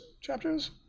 chapters